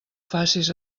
facis